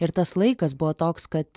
ir tas laikas buvo toks kad